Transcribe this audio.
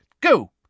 Go